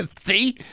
See